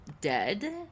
dead